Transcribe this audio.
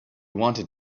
wanted